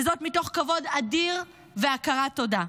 וזאת מתוך כבוד אדיר והכרת תודה.